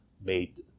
made